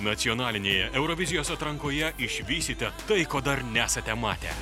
nacionalinėje eurovizijos atrankoje išvysite tai ko dar nesate matę